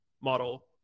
model